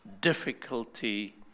difficulty